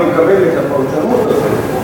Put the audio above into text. אני לא מקבל את הפרשנות הזאת,